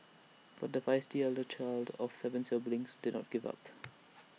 but the feisty elder child of Seven siblings did not give up